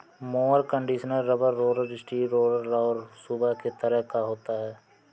mower conditioner rubber roller, steel roller और सूप के तरह का होता है